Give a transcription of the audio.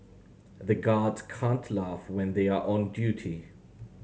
the guards can't laugh when they are on duty